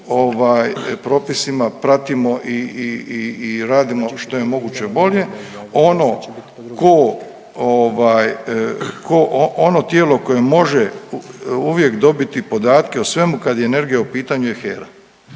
propisima pratimo i, i, i, i radimo što je moguće bolje. Ono ko ovaj, ko, ono tijelo koje može uvijek dobiti podatke o svemu kad je energija u pitanju je HERA